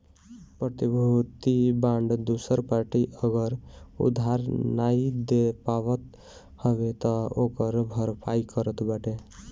प्रतिभूति बांड दूसर पार्टी अगर उधार नाइ दे पावत हवे तअ ओकर भरपाई करत बाटे